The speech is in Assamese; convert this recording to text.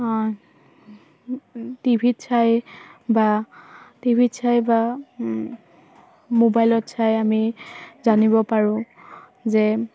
টিভিত চাই বা টিভিত চাই বা মোবাইলত চাই আমি জানিব পাৰোঁ যে